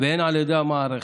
והן על ידי המערכת.